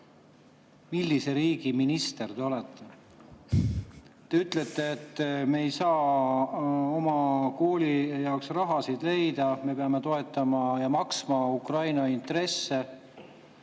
millise riigi minister te olete. Te ütlete, et me ei saa oma kooli jaoks raha leida, me peame toetama Ukrainat ja maksma Ukraina intresse.